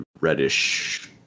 reddish